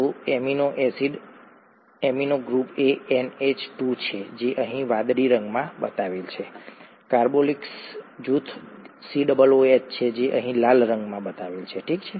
તો amino acid amino group એ NH2 છે જે અહીં વાદળી રંગમાં બતાવેલ છે કાર્બોક્સિલ જૂથ COOH છે જે અહીં લાલ રંગમાં બતાવેલ છે ઠીક છે